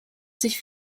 sich